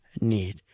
need